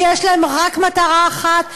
שיש להן רק מטרה אחת,